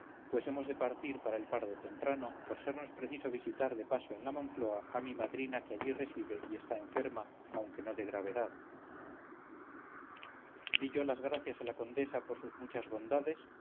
de salir para el pardo temprano por sernos preciso visitar de paso en la moncloa a mi madrina que allí reside y está enferma aunque no de gravedad di yo las gracias a la condesa por sus muchas bondades